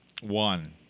One